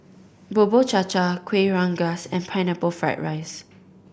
Bubur Cha Cha Kuih Rengas and Pineapple Fried rice